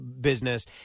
business